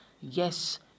Yes